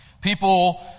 People